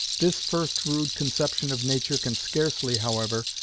this first rude conception of nature can scarcely, however,